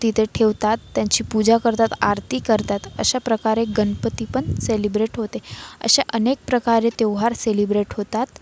तिथे ठेवतात त्यांची पूजा करतात आरती करतात अशा प्रकारे गणपती पण सेलिब्रेट होते अशा अनेक प्रकारे त्योहार सेलिब्रेट होतात